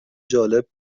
جالب